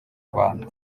rwanda